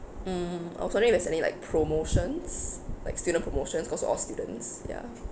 mm I was wondering is there any like promotions like student promotions cause we're all students ya